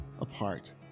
apart